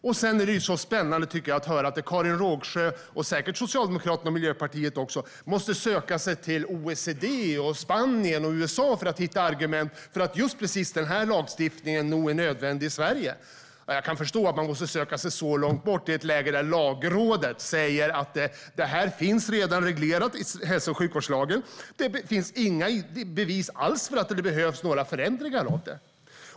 Jag tycker att det är spännande att höra att Karin Rågsjö, och säkert också Socialdemokraterna och Miljöpartiet, måste söka sig till OECD, Spanien och USA för att hitta argument för att just denna lagstiftning nog är nödvändig i Sverige. Jag kan förstå att man måste söka sig så långt bort i ett läge där Lagrådet säger att detta redan finns reglerat i hälso och sjukvårdslagen och att det inte finns några bevis alls för att det behövs några förändringar.